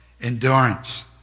endurance